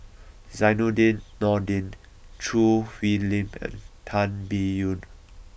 Zainudin Nordin Choo Hwee Lim and Tan Biyun